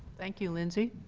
thank you, lindsay.